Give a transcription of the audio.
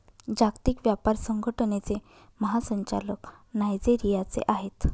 जागतिक व्यापार संघटनेचे महासंचालक नायजेरियाचे आहेत